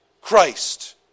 Christ